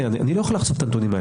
- אני לא יכול לחשוף את הנתונים האלה.